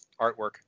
artwork